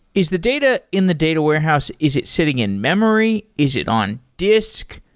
is the data in the data warehouse, is it sitting in-memory? is it on disk?